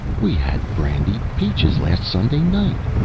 we had brandied peaches last sunday night,